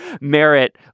merit